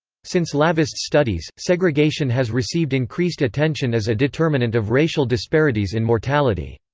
since laveist's studies, segregation has received increased attention as a determinant of racial disparities in mortality.